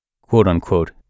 quote-unquote